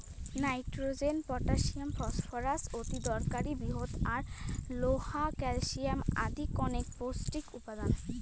nitrogen, potassium, phosphorus অতিদরকারী বৃহৎ আর লোহা, ক্যালশিয়াম আদি কণেক পৌষ্টিক উপাদান